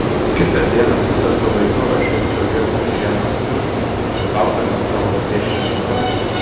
kitą dieną sutartu laiku aš jau stovėjau už šieno stirtų laukdamas savo priešininko